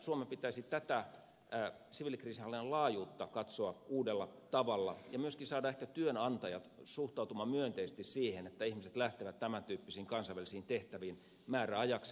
suomen pitäisi tätä siviilikriisinhallinnan laajuutta katsoa uudella tavalla ja myöskin ehkä saada työnantajat suhtautumaan myönteisesti siihen että ihmiset lähtevät tämän tyyppisiin kansainvälisiin tehtäviin määräajaksi